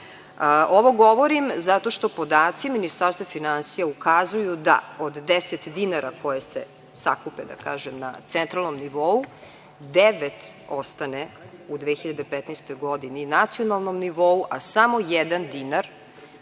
govorim zato što podaci Ministarstva finansija ukazuju da od 10 dinara koji se sakupe na centralnom nivou, devet ostane u 2015. godini na nacionalnom nivou, a samo jedan